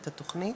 את התוכנית.